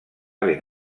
ben